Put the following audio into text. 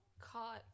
caught